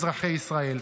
אזרחי ישראל.